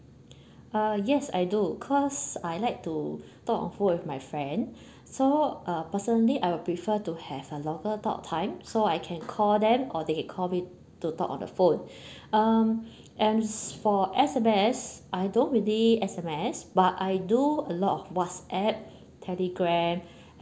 uh yes I do cause I like to talk on phone with my friend so uh personally I will prefer to have a local talk time so I can call them or they call me to talk on the phone um as for S_M_S I don't really S_M_S but I do a lot of whatsapp telegram